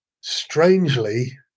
strangely